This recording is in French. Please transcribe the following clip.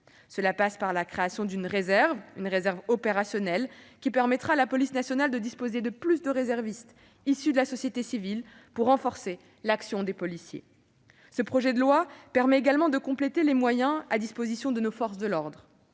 Cela passe par la création d'une réserve opérationnelle, qui permettra à la police nationale de disposer de plus de réservistes issus de la société civile pour renforcer l'action des policiers. Ce projet de loi permet également de compléter les moyens à disposition de nos forces de l'ordre.